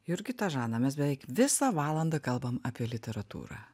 jurgita žana mes beveik visą valandą kalbam apie literatūrą